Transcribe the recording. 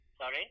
Sorry